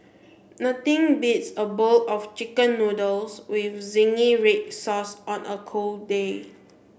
nothing beats a bowl of chicken noodles with zingy red sauce on a cold day